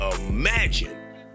imagine